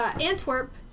Antwerp